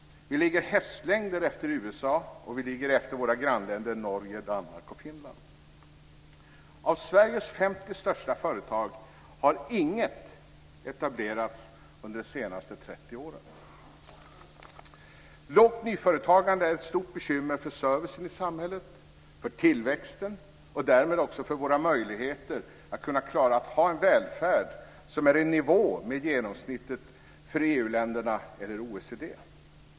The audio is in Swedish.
Vi ligger hästlängder efter USA, och vi ligger efter våra grannländer Norge. Danmark och Finland. Av Sveriges 50 största företag har inget etablerats under de senaste 30 åren! Lågt nyföretagande är ett stort bekymmer för servicen i samhället, för tillväxten och därmed också för våra möjligheter att klara att ha en välfärd som är i nivå med genomsnittet för EU-länderna eller OECD.